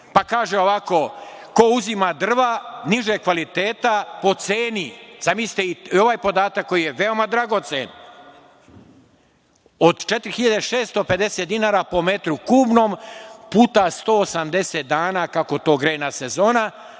ovako – ko uzima drva nižeg kvaliteta po ceni, zamislite i ovaj podatak koji je veoma dragocen, od 4.650 dinara po m3 puta 180 dana, kako to grejna sezona,